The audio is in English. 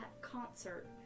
concert